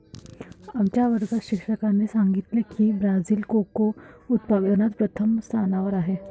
आमच्या वर्गात शिक्षकाने सांगितले की ब्राझील कोको उत्पादनात प्रथम स्थानावर आहे